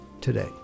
today